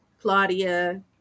Claudia